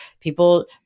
people